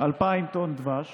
2,000 טון דבש